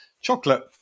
Chocolate